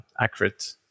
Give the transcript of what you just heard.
accurate